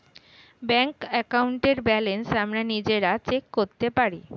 bank অ্যাকাউন্টের balance আমরা নিজেরা চেক করতে পারি